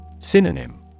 Synonym